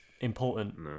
important